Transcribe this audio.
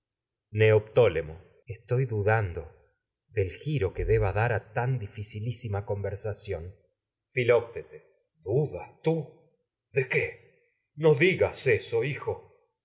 dicho neoptólemo tan estoy dudando del giro que deba dar conversación a dificilísima filoctetes dudas tú de qué no digas eso hijo